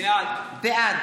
בעד